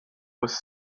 was